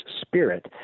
spirit